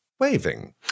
waving